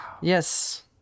Yes